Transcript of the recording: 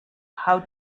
how